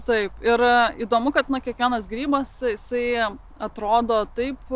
taip yra įdomu kad kiekvienas grybas jisai atrodo taip